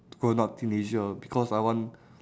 t~ grown up teenager because I want